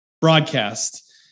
broadcast